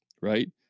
right